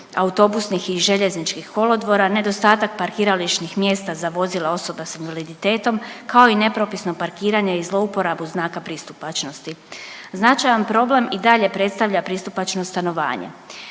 autobusnih i željezničkih kolodvora, nedostatak parkirališnih mjesta za vozila osoba sa invaliditetom kao i nepropisno parkiranje i zlouporabu znaka pristupačnosti. Značajan problem i dalje predstavlja pristupačno stanovanje.